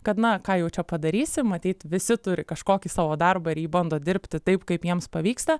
kad na ką jau čia padarysi matyt visi turi kažkokį savo darbą ir jį bando dirbti taip kaip jiems pavyksta